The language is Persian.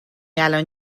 الان